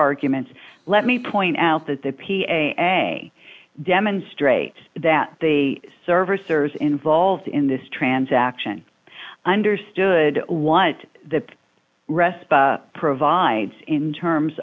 arguments let me point out that the p a demonstrates that the servicers involved in this transaction understood what the rest provides in terms